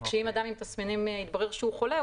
כאשר אם אדם עם תסמינים יתברר שהוא חולה,